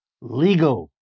legal